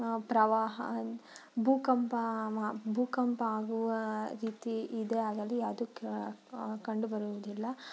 ಪ್ರವಾಹ ಭೂಕಂಪ ಮ್ ಭೂಕಂಪ ಆಗುವ ರೀತಿ ಇದೇ ಆಗಲಿ ಅದು ಕಂಡು ಬರುವುದಿಲ್ಲ